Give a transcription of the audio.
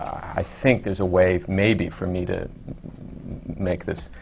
i think there's a way maybe for me to make this